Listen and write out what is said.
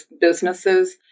businesses